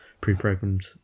pre-programmed